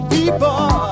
People